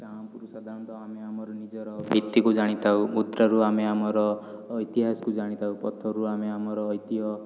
ଷ୍ଟାମ୍ପରୁ ସାଧାରଣତଃ ଆମେ ଆମର ନିଜର ଭିତ୍ତିକୁ ଜାଣିଥାଉ ମୁଦ୍ରାରୁ ଆମେ ଆମର ଇତିହାସକୁ ଜାଣିଥାଉ ପଥରରୁ ଆମେ ଆମର ଐତିହ୍ୟ